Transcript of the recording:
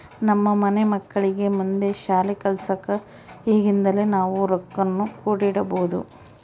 ನಮ್ಮ ಮನೆ ಮಕ್ಕಳಿಗೆ ಮುಂದೆ ಶಾಲಿ ಕಲ್ಸಕ ಈಗಿಂದನೇ ನಾವು ರೊಕ್ವನ್ನು ಕೂಡಿಡಬೋದು